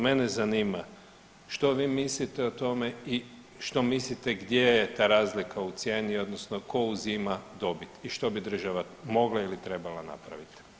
Mene zanima što vi mislite o tome i što mislite gdje je ta razlika u cijeni odnosno tko uzima dobit i što bi država mogla ili trebala napraviti?